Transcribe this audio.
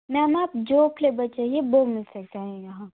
ma'am आप जो flavour चाहिए वो मिल सकता है यहाँ